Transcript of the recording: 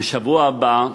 בשבוע הבא,